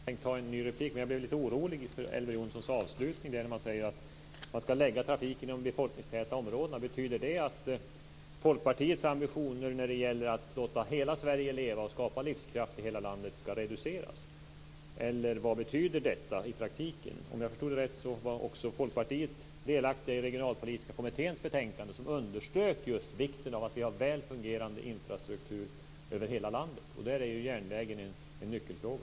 Fru talman! Jag hade inte tänkt begära ytterligare en replik men jag blev lite orolig över vad Elver Jonsson avslutningsvis sade om att trafiken ska läggas i befolkningstäta områden. Betyder det att Folkpartiets ambitioner när det gäller detta med att låta hela Sverige leva och att skapa livskraft i hela landet ska reduceras, eller vad betyder det i praktiken? Om jag förstått det hela rätt var också Folkpartiet delaktigt i fråga om Regionalpolitiska kommitténs betänkande där man just understryker vikten av att ha en väl fungerande infrastruktur i hela landet. Där är järnvägen en nyckelfråga.